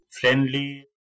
friendly